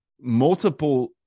multiple